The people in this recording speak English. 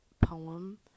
poem